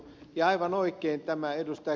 ja aivan oikein tämä ed